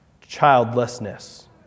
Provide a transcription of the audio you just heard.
childlessness